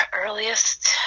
Earliest